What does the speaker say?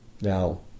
Now